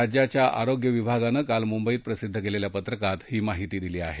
राज्याच्या आरोग्य विभागानं काल मुंबईत प्रसिद्ध केलेल्या पत्रकात ही माहिती दिली आहे